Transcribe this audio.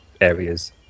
areas